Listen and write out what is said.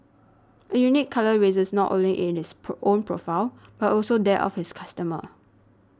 a unique colour raises not only in its pro own profile but also that of its customers